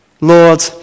Lord